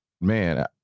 man